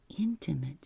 intimate